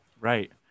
right